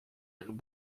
and